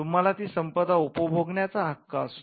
तुम्हाला ती संपदा उपभोगण्याचा हक्क असतो